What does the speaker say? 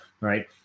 right